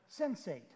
sensate